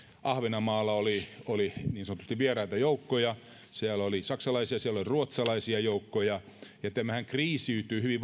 ahvenanmaalla oli oli niin sanotusti vieraita joukkoja siellä oli saksalaisia siellä oli ruotsalaisia joukkoja tämä ahvenanmaan asemahan kriisiytyi hyvin